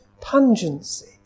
pungency